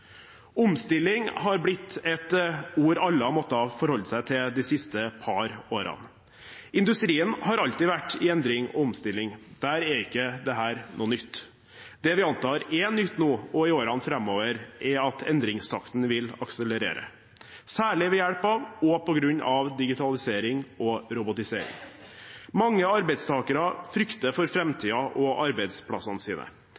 Omstilling har blitt et ord alle har måttet forholde seg til de siste par årene. Industrien har alltid vært i endring og omstilling – der er ikke dette noe nytt. Det vi antar er nytt nå og i årene framover, er at endringstakten vil akselerere – særlig ved hjelp av og på grunn av digitalisering og robotisering. Mange arbeidstakere frykter for framtiden og arbeidsplassene sine,